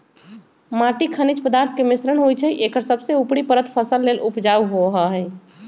माटी खनिज पदार्थ के मिश्रण होइ छइ एकर सबसे उपरी परत फसल लेल उपजाऊ होहइ